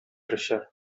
treasure